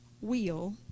wheel